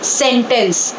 sentence।